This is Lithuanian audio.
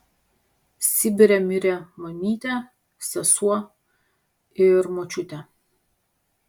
sibire mirė mamytė sesuo ir močiutė